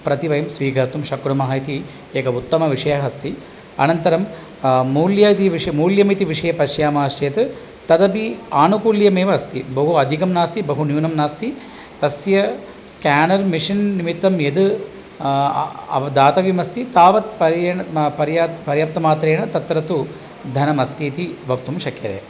प्रतिवयं स्वीकर्तुं शक्णुमः इति एक उत्तमविषयः अस्ति अनन्तरं मौल्य इति मौल्यम् इति विषये पश्यामश्चेत् तदपि आनुकूल्यमेव अस्ति बहु अदिकं नास्ति बहुन्यूनं नास्ति तस्य स्केनर् मेशिन् निमित्तं यद् दातव्यम् अस्ति तावत् पर्याप्तमात्रेण तत्र तु धनम् अस्ति इति वक्तुं शक्यते